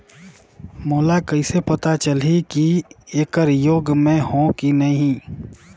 मोला कइसे पता चलही की येकर योग्य मैं हों की नहीं?